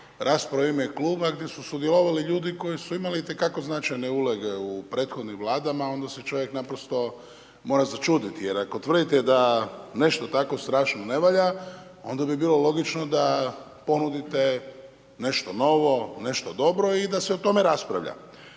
rasprave u ime Kluba gdje su sudjelovali ljudi koji su imali itekako značajne uloge u prethodnim Vladama, onda se čovjek naprosto mora začuditi jer ako tvrdite da nešto tako strašno ne valja, onda bi bilo logično da ponudite nešto novo, nešto dobro i da se o tome raspravlja.